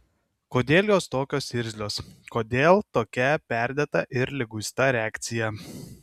kodėl jos tokios irzlios kodėl tokia perdėta ir liguista reakcija